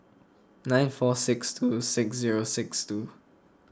nine four six two six zero six two